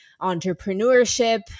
entrepreneurship